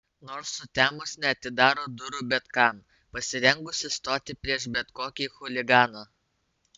nors sutemus neatidaro durų bet kam pasirengusi stoti prieš bet kokį chuliganą